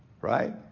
right